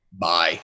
Bye